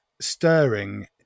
stirring